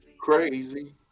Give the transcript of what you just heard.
Crazy